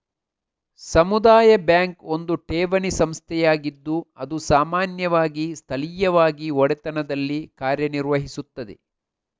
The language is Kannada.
ಸಮುದಾಯ ಬ್ಯಾಂಕ್ ಒಂದು ಠೇವಣಿ ಸಂಸ್ಥೆಯಾಗಿದ್ದು ಅದು ಸಾಮಾನ್ಯವಾಗಿ ಸ್ಥಳೀಯವಾಗಿ ಒಡೆತನದಲ್ಲಿ ಕಾರ್ಯ ನಿರ್ವಹಿಸುತ್ತದೆ